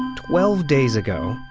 twelve days ago,